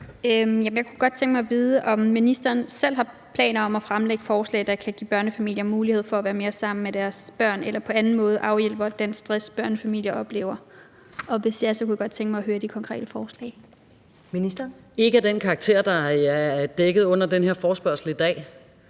Jeg kunne godt tænke mig at vide, om ministeren selv har planer om at fremsætte forslag, der kan give børnefamilier mulighed for at være mere sammen med deres børn eller på anden måde afhjælpe den stress, børnefamilier oplever. Hvis ja, kunne jeg godt tænke mig at høre de konkrete forslag. Kl. 16:34 Første næstformand (Karen Ellemann): Ministeren. Kl.